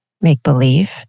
make-believe